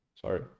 sorry